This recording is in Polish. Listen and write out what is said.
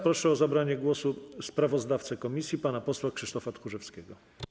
Proszę o zabranie głosu sprawozdawcę komisji pana posła Krzysztofa Tchórzewskiego.